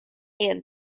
and